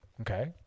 Okay